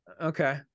Okay